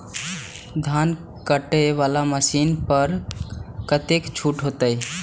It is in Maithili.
धान कटे वाला मशीन पर कतेक छूट होते?